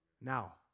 Now